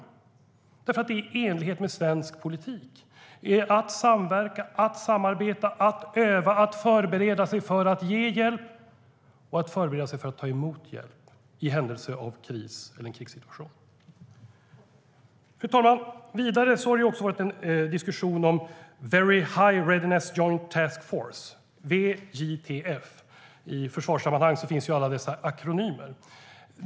Det är i så fall i enlighet med svensk politik - att samverka, att samarbeta, att öva, att förbereda sig för att ge hjälp och att förbereda sig för att ta emot hjälp i händelse av en kris eller en krigssituation. Fru talman! Vidare har det varit diskussion om Very High Readiness Joint Task Force, VJTF. I försvarssammanhang finns alla dessa akronymer.